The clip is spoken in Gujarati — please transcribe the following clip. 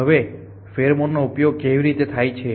હવે ફેરોમોનનો ઉપયોગ કેવી રીતે થાય છે